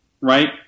right